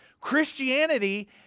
Christianity